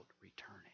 returning